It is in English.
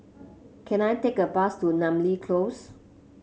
can I take a bus to Namly Close